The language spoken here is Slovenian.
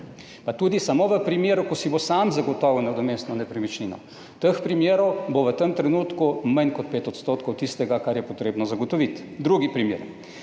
Pa tudi samo v primeru, ko si bo sam zagotovil nadomestno nepremičnino. Teh primerov bo v tem trenutku manj kot 5 % tistega, kar je potrebno zagotoviti. Drugi primer: